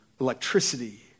electricity